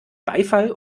beifall